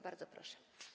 Bardzo proszę.